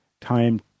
time